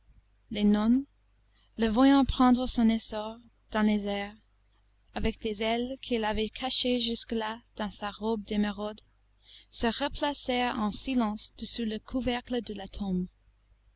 les nonnes le voyant prendre son essor dans les airs avec des ailes qu'il avait cachées jusque-là dans sa robe d'émeraude se replacèrent en silence dessous le couvercle de la tombe